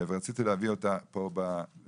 ורציתי להביא אותה בפתיחה,